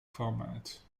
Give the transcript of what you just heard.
format